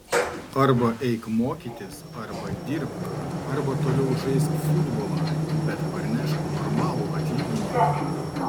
arba eik mokytis arba dirbk arba toliau žaisk futbolą bet parnešk normalų atlyginimą